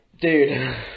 Dude